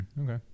Okay